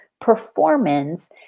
performance